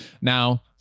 now